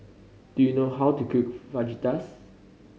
do you know how to cook Fajitas